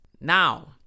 Now